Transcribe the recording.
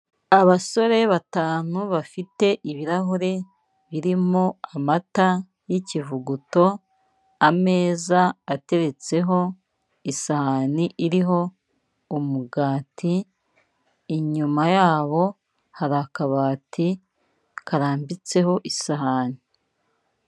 Abasore batanu bafite ibirahure birimo amata y'ikivuguto, ameza ateretseho isahani iriho umugati inyuma yabo hari akabati karambitseho isahani.